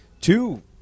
two